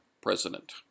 President